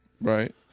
Right